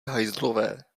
hajzlové